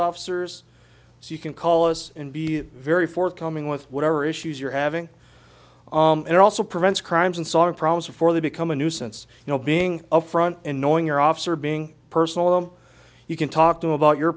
officers so you can call us and be very forthcoming with whatever issues you're having and also prevents crimes and sort of problems before they become a nuisance you know being upfront in knowing your officer being personal them you can talk to about your